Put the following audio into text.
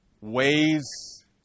ways